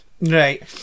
Right